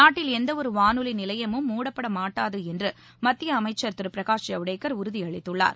நாட்டில் எந்தவொரு வானொலி நிலையமும் முடப்படமாட்டாது என்று மத்திய அமைச்சர் திரு பிரகாஷ் ஜவடேகர் உறுதியளித்துள்ளார்